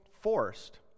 forced